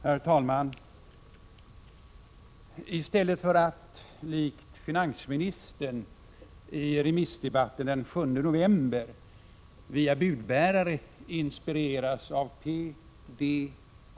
Herr talman! I stället för att, likt finansministern i remissdebatten den 7 november, via budbärare inspireras av P. D.